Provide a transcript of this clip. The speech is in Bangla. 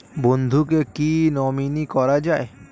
বন্ধুকে কী নমিনি করা যায়?